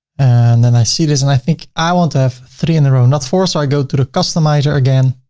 and then i see this, and i think i want to have three in a row, not four, so i go to the customizer again,